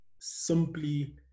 simply